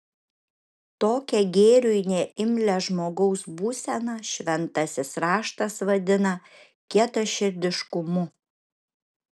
tokią gėriui neimlią žmogaus būseną šventasis raštas vadina kietaširdiškumu